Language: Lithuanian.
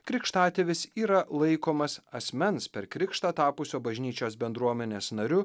krikštatėvis yra laikomas asmens per krikštą tapusio bažnyčios bendruomenės nariu